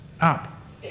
up